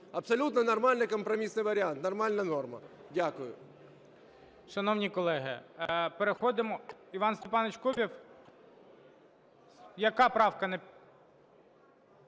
Абсолютно нормальний, компромісний варіант, нормальна норма. Дякую.